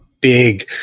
big